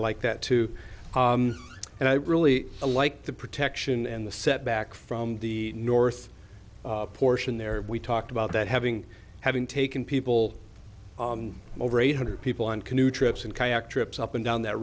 like that too and i really like the protection and the set back from the north portion there we talked about that having having taken people over eight hundred people on canoe trips and kayak trips up and down that